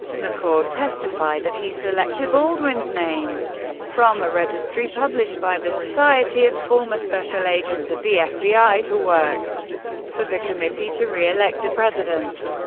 mccord testified that he selected baldwin's name from a registry published by the society of former special agents of the fbi to work for the committee to re-elect the president.